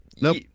Nope